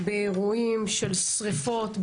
באירועים של שריפות,